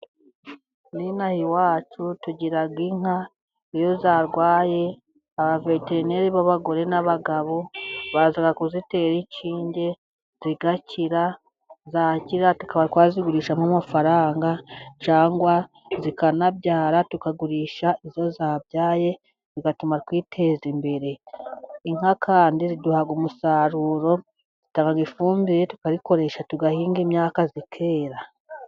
N'inaha iwacu tugira inka, iyo zarwaye aba veterineri b'abagore n'abagabo baza kuzitera inshinge, zigakira, zakira tukaba twazigurishamo amafaranga cyangwa zikanabyara tukagurisha izo zabyaye, bigatuma twiteza imbere. Inka kandi ziduha umusaruro, zitanga ifumbire tukayikoresha tugahinga imyaka ikera.